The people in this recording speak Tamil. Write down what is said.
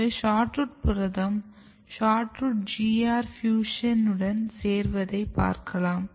இங்கு SHORTROOT புரதம் SHORTROOT GR பியூஷனுடன் சேர்வதை பார்க்கலாம்